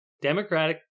Democratic